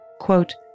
Quote